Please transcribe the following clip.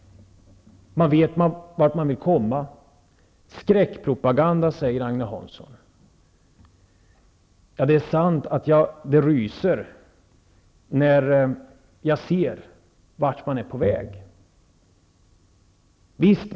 Man vet vart man vill komma. Skräckpropaganda, säger Agne Hansson. Ja, det är sant att jag ryser när jag ser vart man är på väg.